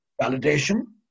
validation